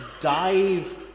dive